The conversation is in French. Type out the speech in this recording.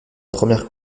première